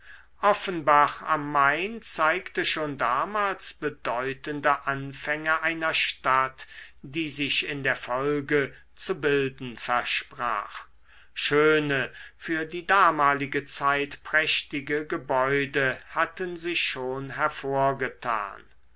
offenbach am main zeigte schon damals bedeutende anfänge einer stadt die sich in der folge zu bilden versprach schöne für die damalige zeit prächtige gebäude hatten sich schon hervorgetan